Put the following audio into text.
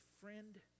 friend